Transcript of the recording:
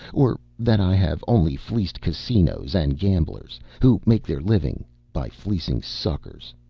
or that i have only fleeced casinos and gamblers who make their living by fleecing suckers?